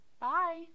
Bye